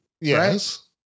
Yes